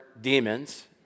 demons